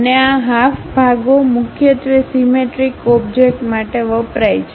અને આ હાફ ભાગો મુખ્યત્વે સીમેટ્રિકઓબજેકટ માટે વપરાય છે